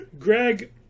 Greg